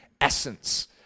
essence